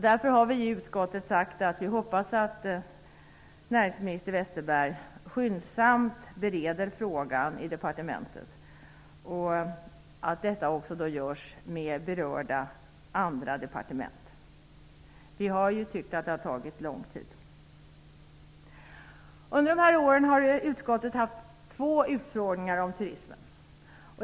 Därför har vi i utskottet sagt att vi hoppas att näringsminister Westerberg skyndsamt bereder frågan i departementet och att det också görs med andra berörda departement. Vi har ju tyckt att det har tagit lång tid. Under dessa år har utskottet haft två utfrågningar om turism.